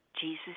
Jesus